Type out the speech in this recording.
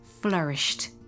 flourished